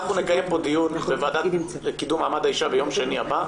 אנחנו נקיים פה דיון בוועדה לקידום מעמד האישה ביום שני הבא,